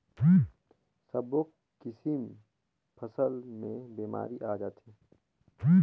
सब्बो किसम फसल मे बेमारी आ जाथे